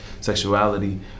sexuality